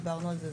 דיברנו על זה,